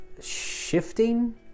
shifting